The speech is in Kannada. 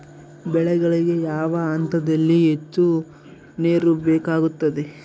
ಬೆಳೆಗಳಿಗೆ ಯಾವ ಹಂತದಲ್ಲಿ ಹೆಚ್ಚು ನೇರು ಬೇಕಾಗುತ್ತದೆ?